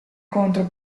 contro